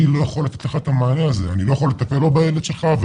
אנחנו לא יכולים לתת לך את המענה הזה.